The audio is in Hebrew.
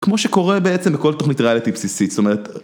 כמו שקורה בעצם בכל תוכנית ריאליטי בסיסית, זאת אומרת...